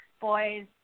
boys